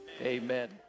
amen